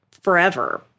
forever